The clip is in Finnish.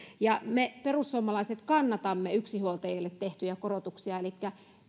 me perussuomalaiset kannatamme yksinhuoltajille tehtyjä korotuksia elikkä